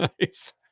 Nice